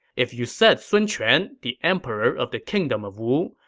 if you said sun quan, the emperor of the kingdom of wu,